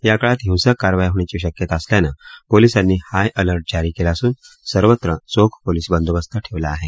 या काळात हिंसक कारवाया होण्याची शक्यता असल्यानं पोलिसांनी हाय अस्टिर्ट जारी केला असून सर्वत्र चोख पोलिस बंदोबस्त ठेवला आहे